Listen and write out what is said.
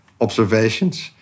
observations